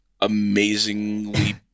amazingly